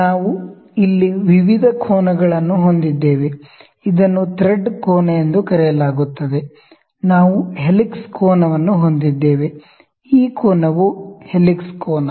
ನಾವು ಇಲ್ಲಿ ವಿವಿಧ ಆಂಗಲ್ಸ್ ಗಳನ್ನು ಹೊಂದಿದ್ದೇವೆ ಇದನ್ನು ಥ್ರೆಡ್ ಕೋನ ಎಂದು ಕರೆಯಲಾಗುತ್ತದೆ ನಾವು ಹೆಲಿಕ್ಸ್ ಕೋನವನ್ನು ಹೊಂದಿದ್ದೇವೆ ಈ ಕೋನವು ಹೆಲಿಕ್ಸ್ ಕೋನ